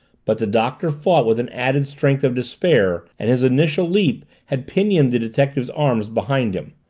but the doctor fought with an added strength of despair and his initial leap had pinioned the detective's arms behind him.